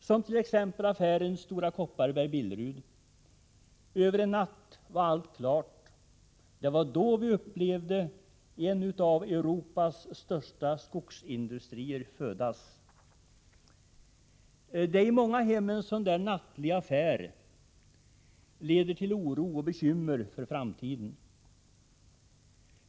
Jag tänker på affären Stora Kopparberg-Billerud. Över en natt var allt klart. Det var då en av Europas största skogsindustrier föddes. I många hem leder en sådan där nattlig affär till oro och bekymmer för framtiden.